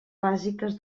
bàsiques